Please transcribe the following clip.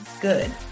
Good